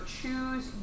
choose